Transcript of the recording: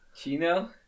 Chino